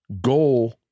goal